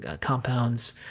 compounds